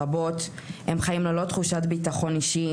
הם חיים ללא תחושת בטחון אישי,